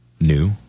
new